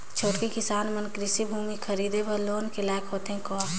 छोटके किसान मन कृषि भूमि खरीदे बर लोन के लायक होथे का?